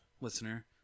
listener